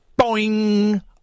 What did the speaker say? Boing